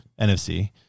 NFC